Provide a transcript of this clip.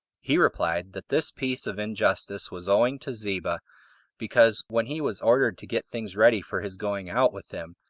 he replied, that this piece of injustice was owing to ziba because, when he was ordered to get things ready for his going out with him,